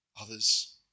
others